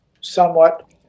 somewhat